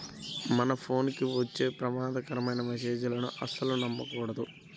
మన ఫోన్ కి వచ్చే ప్రమాదకరమైన మెస్సేజులను అస్సలు నమ్మకూడదు